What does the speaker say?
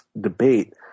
debate